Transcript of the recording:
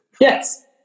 Yes